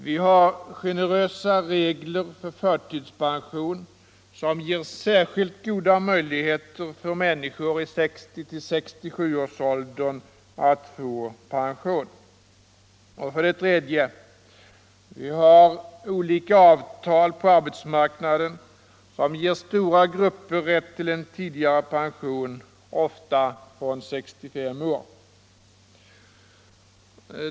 Vi har generösa regler för förtidspension som ger särskilt goda möjligheter för människor i 60-67-årsåldern att få pension. 3. Vi har olika avtal på arbetsmarknaden som ger stora grupper rätt till en tidigare pension, ofta från 65 års ålder.